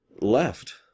left